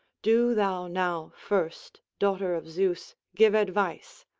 do thou now first, daughter of zeus, give advice.